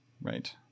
Right